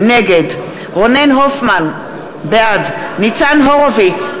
נגד רונן הופמן, בעד ניצן הורוביץ,